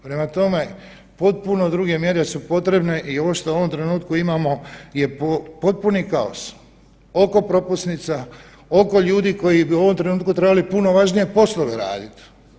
Prema tome, potpuno druge mjere su potrebne i ovo što u ovom trenutku imamo je potpuni kaos, oko propusnica, oko ljudi koji bi u ovom trenutku trebali puno važnije poslove raditi.